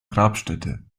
grabstätte